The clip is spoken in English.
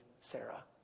Sarah